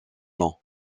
nom